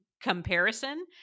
Comparison